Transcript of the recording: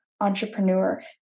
entrepreneur